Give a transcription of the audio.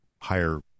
higher